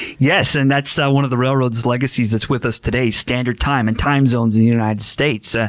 yes, and that's one of the railroad's legacies that's with us today, standard time and time zones in the united states. ah